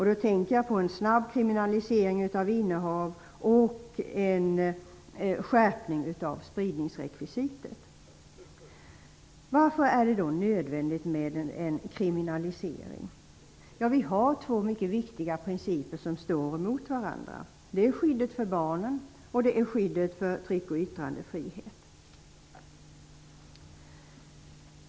Då tänker jag på en snabb kriminalisering av innehav och en skärpning av spridningsrekvisitet. Varför är det nödvändigt med en kriminalisering? Vi har två mycket viktiga principer som står emot varandra. Det är skyddet för barnen och det är skyddet för tryck och yttrandefriheten.